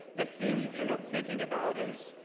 the thing you end up thinking about is,